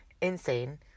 Insane